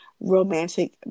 romantic